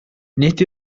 nid